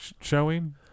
showing